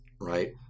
right